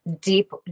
deep